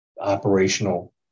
operational